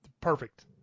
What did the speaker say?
perfect